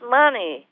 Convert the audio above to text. money